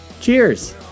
cheers